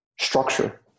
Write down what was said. structure